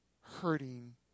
hurting